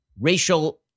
racial